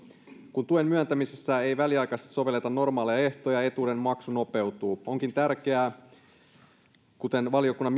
kun tuen myöntämisessä ei väliaikaisesti sovelleta normaaleja ehtoja etuuden maksu nopeutuu onkin tärkeää valiokunnan